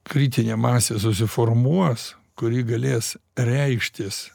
kritinė masė susiformuos kuri galės reikštis